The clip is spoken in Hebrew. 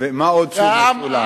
מה עוד שהוא מצולם,